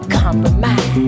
compromise